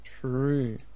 True